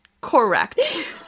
Correct